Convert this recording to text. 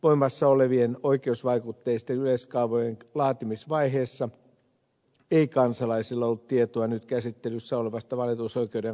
voimassa olevien oikeusvaikutteisten yleiskaavojen laatimisvaiheessa ei kansalaisilla ollut tietoa nyt käsittelyssä olevasta valitusoikeuden kaventamisesta